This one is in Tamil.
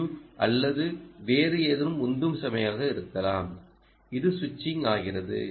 யு அல்லது வேறு ஏதேனும் உந்தும் சுமையாக இருக்கலாம் இது ஸ்விட்சிங் ஆகிறது